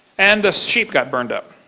and the sheep got burned up,